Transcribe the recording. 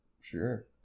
Sure